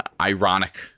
ironic